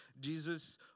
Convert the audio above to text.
Jesus